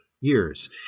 years